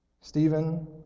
Stephen